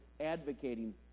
advocating